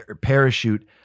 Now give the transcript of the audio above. parachute